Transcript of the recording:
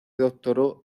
doctoró